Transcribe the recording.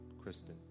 Kristen